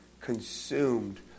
consumed